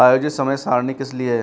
आयोजित समय सारणी किस लिए है